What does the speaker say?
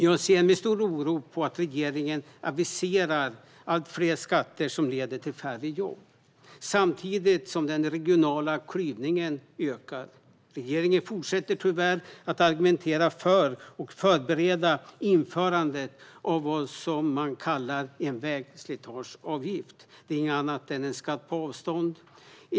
Jag ser med stor oro på att regeringen aviserar allt fler skatter som leder till färre jobb samtidigt som den regionala klyvningen ökar. Regeringen fortsätter tyvärr att argumentera för och förbereda ett införande av vad man kallar vägslitageavgift. Det är inget annat än en skatt på avstånd.